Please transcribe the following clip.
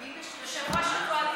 מה זה?